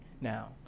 Now